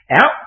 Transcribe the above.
out